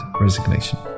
Resignation